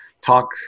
talk